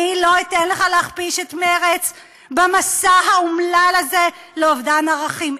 אני לא אתן לך להכפיש את מרצ במסע האומלל הזה לאובדן ערכים.